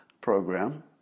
program